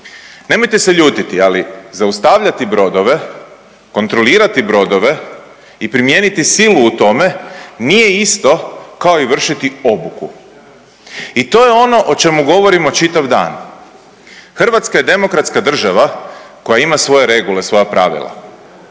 Nemojte se ljutiti, ali zaustavljati brodove, kontrolirati brodove i primijeniti silu u tome nije isto kao i vršiti obuku i to je ono o čemu govorimo čitav dan. Hrvatska je demokratska država koja ima svoje regule, svoja pravila,